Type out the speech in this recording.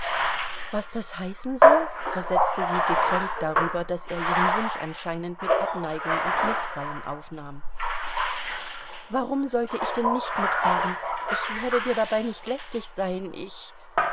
was das heißen soll versetzte sie gekränkt darüber daß er ihren wunsch anscheinend mit abneigung und mißfallen aufnahm warum sollte ich denn nicht mitfahren ich werde dir dabei nicht lästig sein ich